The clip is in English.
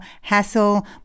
hassle